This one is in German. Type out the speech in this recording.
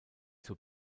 zur